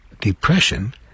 depression